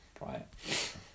Right